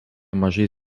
mažai